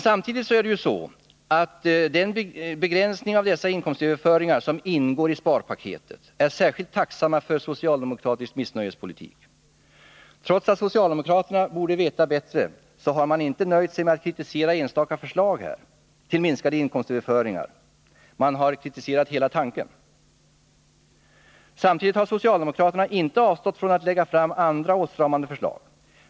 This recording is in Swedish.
Samtidigt är det ju så att den begränsning av dessa inkomstöverföringar som ingår i sparpaketet är särskilt tacksam för socialdemokratisk missnöjespolitik. Trots att socialdemokraterna borde veta bättre har de inte nöjt sig med att kritisera enstaka förslag till minskade inkomstöverföringar, utan de har kritiserat hela tanken. Socialdemokraterna har emellertid inte avstått från att lägga fram andra åtstramande förslag.